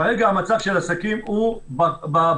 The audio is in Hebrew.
כרגע המצב של העסקים הוא בקנטים.